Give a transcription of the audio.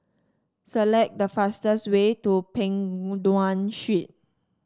select the fastest way to Peng Nguan Street